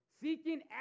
Seeking